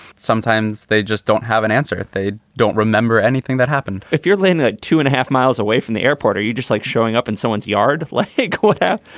sometimes they just don't have an answer. they don't remember anything that happened if you're laying ah two and a half miles away from the airport or you just like showing up in someone's yard like a quota,